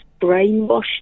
brainwashed